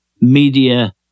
media